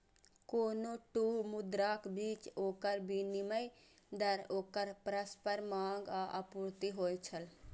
कोनो दू मुद्राक बीच ओकर विनिमय दर ओकर परस्पर मांग आ आपूर्ति होइ छै